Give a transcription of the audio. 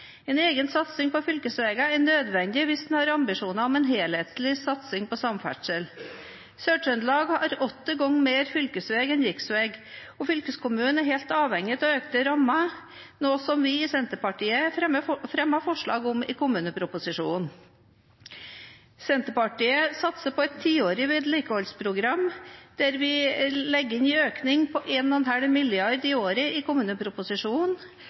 En egen satsing på fylkesveiene er nødvendig hvis en har ambisjon om en helhetlig satsing på samferdsel. Sør-Trøndelag har åtte ganger mer fylkesvei enn riksvei, og fylkeskommunen er helt avhengig av økte rammer, noe vi i Senterpartiet fremmet forslag om i kommuneproposisjonen. Senterpartiet satser på et tiårig vedlikeholdsprogram, hvor vi legger inn en økning på 1,5 mrd. kr i året i kommuneproposisjonen.